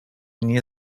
nie